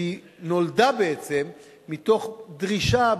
שנולדה בעצם מתוך דרישה,